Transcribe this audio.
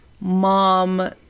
mom